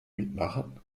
mitmachen